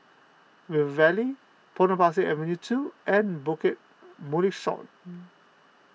River Valley Potong Pasir Avenue two and Bukit Mugliston